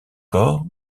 corps